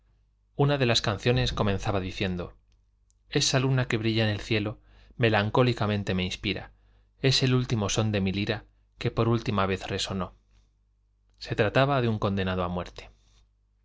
una de las canciones comenzaba diciendo esa luna que brilla en el cielo melancólicamente me inspira es el último son de mi lira que por última vez resonó se trataba de un condenado a muerte